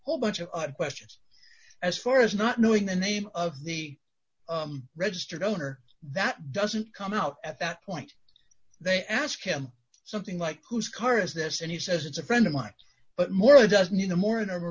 whole bunch of questions as far as not knowing the name of the registered owner that doesn't come out at that point they ask him something like whose car is this and he says it's a friend of mine but more it doesn't you know more than a